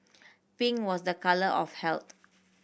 pink was the colour of health